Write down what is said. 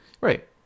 Right